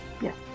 Yes